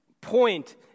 point